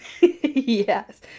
Yes